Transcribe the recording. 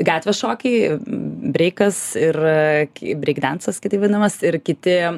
gatvės šokiai breikas ir breikdensas kitaip vadinamas ir kiti